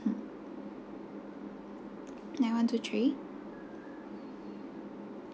nine one two three